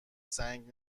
سنگ